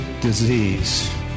disease